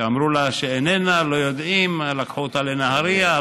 אמרו לה שהיא איננה, לא יודעים, לקחו אותה לנהריה.